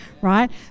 right